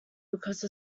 because